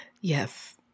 Yes